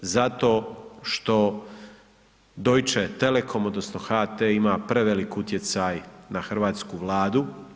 Zato što Deutsche Telecom, odnosno, HT ima prevelik utjecaj na hrvatsku vladu.